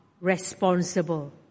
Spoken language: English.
responsible